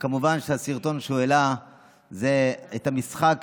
וכמובן שהסרטון שהוא העלה זה של המשחק